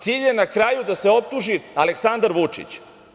Cilj je na kraju da se optuži Aleksandar Vučić.